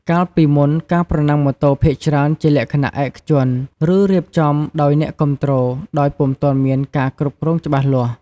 កាលពីមុន ការប្រណាំងម៉ូតូភាគច្រើនជាលក្ខណៈឯកជន ឬរៀបចំដោយអ្នកគាំទ្រ ដោយពុំទាន់មានការគ្រប់គ្រងច្បាស់លាស់។